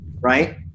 right